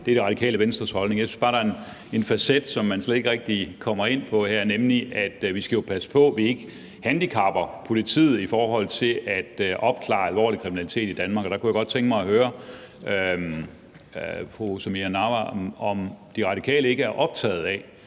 det er Radikale Venstres holdning. Jeg synes bare, der er en facet, som man slet ikke rigtig kommer ind på her, nemlig at vi jo skal passe på, at vi ikke handicapper politiet i forhold til at opklare alvorlig kriminalitet i Danmark. Der kunne jeg godt tænke mig at høre fru Samira Nawa, om De Radikale ikke er optaget af,